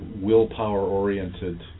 willpower-oriented